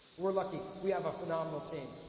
we're lucky, we have a phenomenal team,